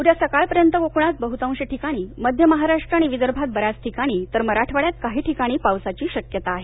उद्या सकाळ पर्यंत कोकणात बहुतांश ठिकाणी मध्य महाराष्ट्र आणि विदर्भात बऱ्याच ठिकाणी तर मराठवाड्यात काही ठिकाणी पावसाची शक्यता आहे